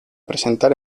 presentar